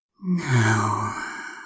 Now